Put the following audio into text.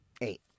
Eight